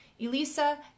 Elisa